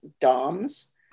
DOMs